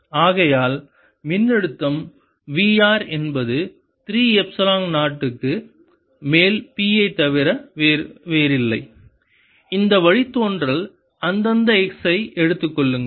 ஆகையால் மின்னழுத்தம் Vr என்பது 3 எப்சிலன் 0 x க்கு மேல் P ஐத் தவிர வேறில்லை இந்த வழித்தோன்றல் அந்தந்த x ஐ எடுத்துக் கொள்ளுங்கள்